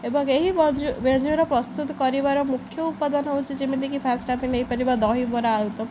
ଏବଂ ଏହି ବ୍ୟଞ୍ଜନର ପ୍ରସ୍ତୁତ କରିବାର ମୁଖ୍ୟ ଉପାଦାନ ହେଉଛି ଯେମିତିକି ଫାଷ୍ଟ୍ ଆମେ ନେଇପାରିବା ଦହିବରା ଆଳୁଦମ୍